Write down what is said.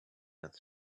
other